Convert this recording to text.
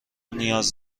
نیاز